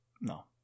No